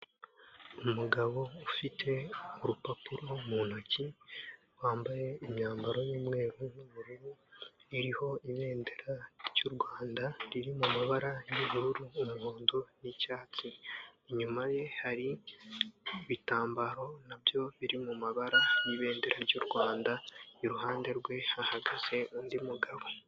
Umugabo ufite urupapuro mu ntoki wambaye imyambaro y'umweru n'ubururu iriho ibendera ry'u Rwanda riri mu mu mabara y'ubururu, umuhondo, n'icyatsi, inyuma ye hari ibitambaro nabyo biri mu mabara y'ibendera ry'u Rwanda, iruhande rwe hahagaze undi mugabo.